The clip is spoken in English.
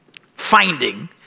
finding